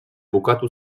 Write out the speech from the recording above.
bukatu